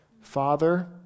Father